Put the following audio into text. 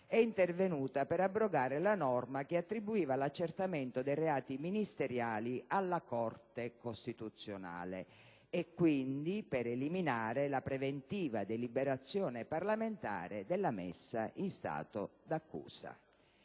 è intervenuta per abrogare la norma che attribuiva l'accertamento dei reati ministeriali alla Corte costituzionale e, quindi, per eliminare la preventiva deliberazione parlamentare della messa in stato di accusa.